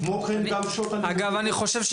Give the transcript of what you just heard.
אני חושב שלגבי הלימודים זה אותו הדבר,